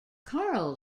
carl